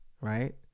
Right